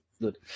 Good